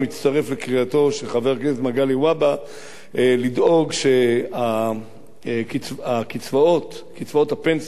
אני מצטרף לקריאתו של חבר הכנסת מגלי והבה לדאוג שקצבאות הפנסיה,